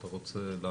אתה רוצה לענות,